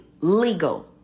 legal